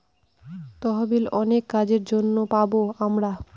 তহবিল অনেক কাজের জন্য পাবো আমরা